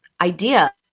idea